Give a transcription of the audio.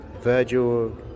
Virgil